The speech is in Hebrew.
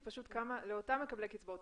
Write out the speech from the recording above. אותם מקבלי קצבאות,